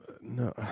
No